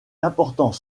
importants